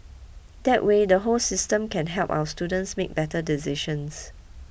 that way the whole system can help our students make better decisions